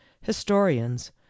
historians